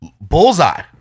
bullseye